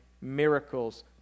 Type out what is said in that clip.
miracles